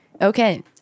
Okay